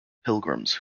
pilgrims